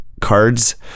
cards